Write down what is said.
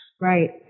Right